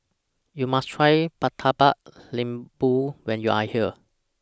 YOU must Try Murtabak Lembu when YOU Are here